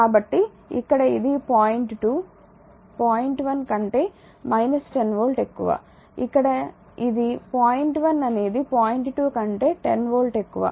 కాబట్టి ఇక్కడ ఇది పాయింట్ 2 పాయింట్ 1 కంటే 10 వోల్ట్ ఎక్కువ ఇక్కడ ఇది పాయింట్ 1 అనేది పాయింట్ 2 కంటే 10 వోల్ట్ ఎక్కువ